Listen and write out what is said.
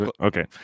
Okay